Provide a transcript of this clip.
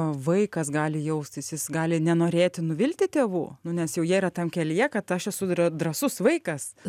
vaikas gali jaustis jis gali nenorėti nuvilti tėvų nu nes jau jie yra tam kelyje kad aš esu yra dra drąsus vaikas